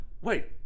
wait